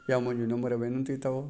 इहा मुंहिंजी नमुरु वेनिती अथव